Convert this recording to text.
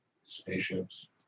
Spaceships